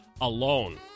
alone